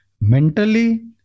mentally